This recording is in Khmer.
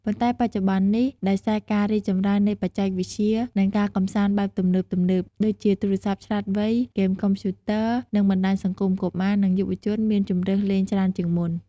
ប៉ុន្តែបច្ចុប្បន្ននេះ ដោយសារការរីកចម្រើននៃបច្ចេកវិទ្យា និងការកម្សាន្តបែបទំនើបៗ ដូចជាទូរសព្ទឆ្លាតវៃ ហ្គេមកុំព្យូទ័រ និងបណ្តាញសង្គម កុមារ និងយុវជនមានជម្រើសលេងច្រើនជាងមុន។